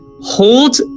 Hold